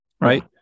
Right